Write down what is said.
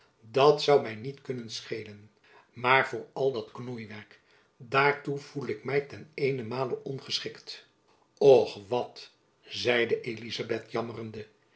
dat zoû my niet kunnen scheelen maar voor al dat knoeiwerk daartoe voel ik my ten eenenmale ongeschikt och wat zeide elizabeth